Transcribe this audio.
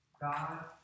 God